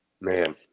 Man